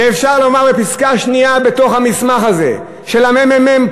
ובפסקה שנייה במסמך הזה של הממ"מ,